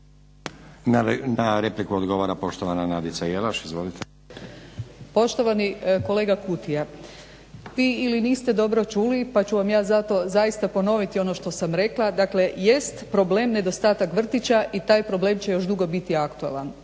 Na repliku odgovara poštovana Nadica Jelaš. Izvolite. **Jelaš, Nadica (SDP)** Poštovani kolega Kutija, vi ili niste dobro čuli pa ću vam ja zato zaista ponoviti ono što sam rekla, dakle jest problem nedostatak vrtića i taj problem će još dugo biti aktualan.